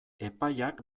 epaiak